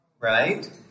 Right